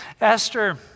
Esther